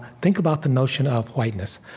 think about the notion of whiteness.